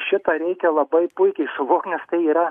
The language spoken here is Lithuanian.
šitą reikia labai puikiai suvokt nes tai yra